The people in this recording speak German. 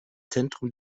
zentrum